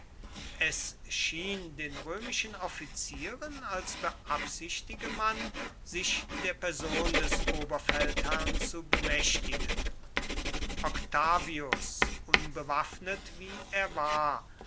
es schien den römischen offizieren als beabsichtige man sich der person des oberfeldherrn zu bemächtigen octavius unbewaffnet wie er war